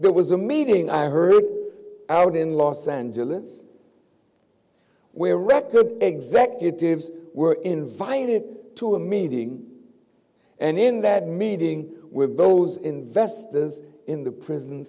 there was a meeting i heard out in los angeles where record executives were invited to a meeting and in that meeting with those investors in the prison